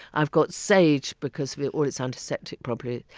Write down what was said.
i've got sage because of all its antiseptic property.